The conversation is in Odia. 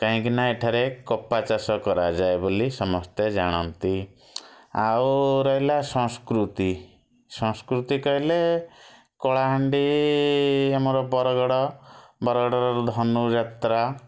କାହିଁକିନା ଏଠାରେ କପା ଚାଷ କରାଯାଏ ବୋଲି ସମସ୍ତେ ଜାଣନ୍ତି ଆଉ ରହିଲା ସଂସ୍କୃତି ସଂସ୍କୃତି କହିଲେ କଳାହାଣ୍ଡି ଆମର ବରଗଡ଼ ବରଗଡ଼ର ଧନୁଯାତ୍ରା